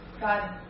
God